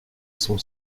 son